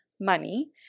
money